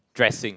dressing